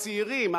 הצעירים,